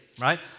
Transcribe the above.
right